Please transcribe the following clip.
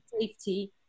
safety